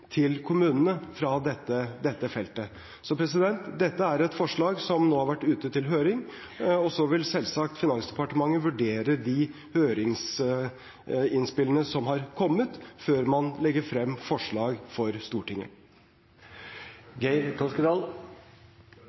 til kommunene fra dette feltet. Dette er et forslag som nå har vært ute på høring, og Finansdepartementet vil selvsagt vurdere de høringsinnspillene som har kommet, før man legger frem forslag for Stortinget.